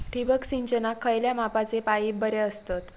ठिबक सिंचनाक खयल्या मापाचे पाईप बरे असतत?